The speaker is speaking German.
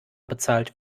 bezahlt